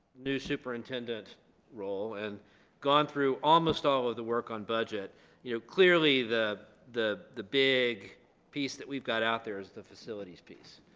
new superintendent role and gone through almost all of the work on budget you know clearly the the the big piece that we've got out there is the facilities piece